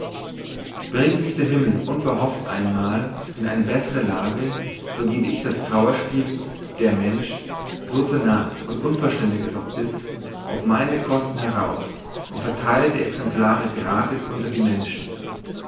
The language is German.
bringt mich der himmel unverhofft einmal in eine bessere lage so gebe ich das trauerspiel der mensch so zernagt und unvollständig es auch ist auf meine kosten heraus und vertheile die exemplare gratis unter die menschen